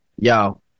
yo